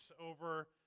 over